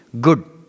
Good